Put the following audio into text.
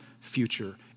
future